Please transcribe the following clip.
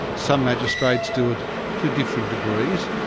some magistrates do it to different degrees,